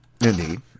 Indeed